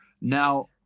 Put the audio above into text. now